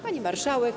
Pani Marszałek!